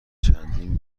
چندین